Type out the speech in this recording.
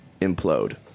implode